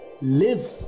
Live